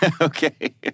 Okay